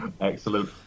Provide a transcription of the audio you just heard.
Excellent